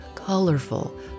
colorful